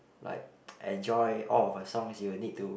like enjoy all of her songs you will need to